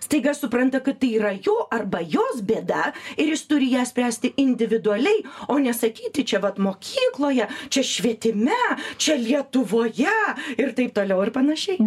staiga supranta kad tai yra jo arba jos bėda ir jis turi ją spręsti individualiai o ne sakyti čia vat mokykloje čia švietime čia lietuvoje ir taip toliau ir panašiai